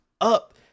up